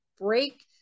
break